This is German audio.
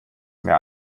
mehr